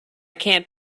can’t